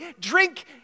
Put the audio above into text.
drink